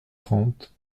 trente